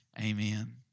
Amen